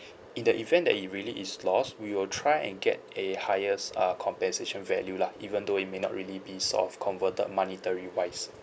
in the event that it really is lost we will try and get a highest uh compensation value lah even though it may not really be sort of converted monetary wise